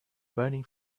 burning